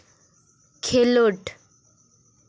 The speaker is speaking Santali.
ᱠᱷᱮᱞᱳᱰ